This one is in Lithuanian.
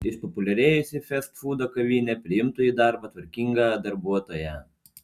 išpopuliarėjusi festfūdo kavinė priimtų į darbą tvarkingą darbuotoją